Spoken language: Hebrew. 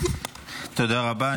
תודה רבה.